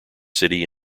city